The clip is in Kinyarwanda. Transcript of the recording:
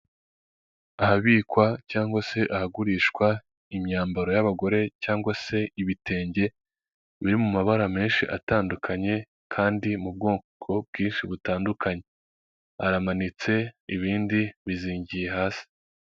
Umugabo w'imisatsi migufiya w'inzobe ufite ubwanwa bwo hejuru wambaye umupira wo kwifubika urimo amabara atandukanye ubururu, umweru n'umukara wambariyemo ishati, araburanishwa.